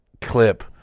clip